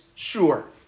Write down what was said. Sure